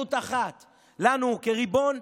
הזדמנות אחת לנו כריבון,